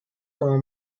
como